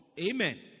Amen